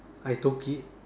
I took it